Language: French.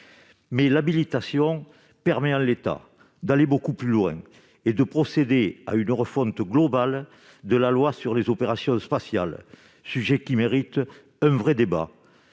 l'habilitation permet d'aller beaucoup plus loin et de procéder à une refonte globale de la loi sur les opérations spatiales, qui mérite un vrai débat,